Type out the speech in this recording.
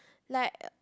like